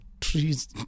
trees